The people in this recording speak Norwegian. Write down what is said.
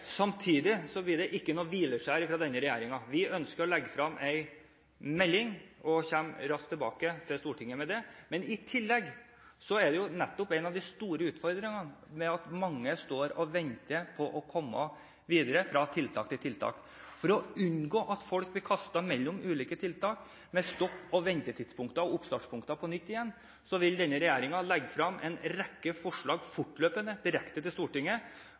blir det ikke noe hvileskjær fra denne regjeringens side. Vi ønsker å legge frem en melding og kommer raskt tilbake til Stortinget med den. I tillegg er en av de store utfordringene nettopp at mange venter på å komme videre – fra ett tiltak til et annet. For å unngå at folk blir kastet mellom ulike tiltak – med stopp- og ventetidspunkter og oppstarttidspunkter på nytt – vil denne regjeringen fortløpende legge frem en rekke forslag for Stortinget direkte